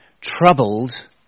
troubled